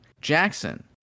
jackson